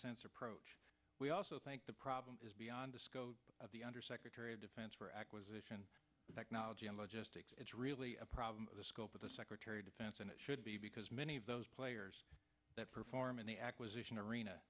commonsense approach we also think the problem is beyond the scope of the undersecretary of defense for acquisition technology and logistics it's really a problem of the scope of the secretary defense and it should be because many of those players that perform in the acquisition arena